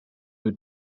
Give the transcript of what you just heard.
who